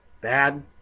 bad